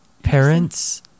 parents